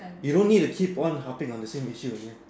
you don't need to keep on harping on the same issue again